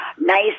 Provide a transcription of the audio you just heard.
nice